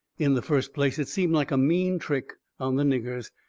in the first place it seemed like a mean trick on the niggers.